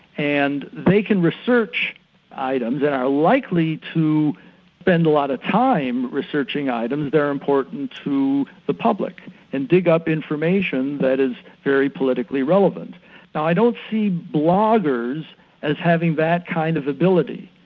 and they can research items and are likely to spend a lot of time research items that are important to the public and dig up information that is very politically relevant. now i don't see bloggers as having that kind of ability,